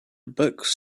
books